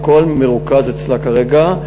הכול מרוכז אצלה כרגע.